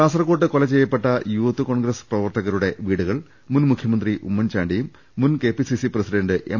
കാസർകോട്ട് കൊല ചെയ്യപ്പെട്ട യൂത്ത് കോൺഗ്രസ് പ്രവർത്ത കരുടെ വീടുകൾ മുൻ മുഖ്യമന്ത്രി ഉമ്മൻചാണ്ടിയും മുൻ കെപി സിസി പ്രസിഡന്റ് എം